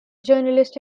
journalist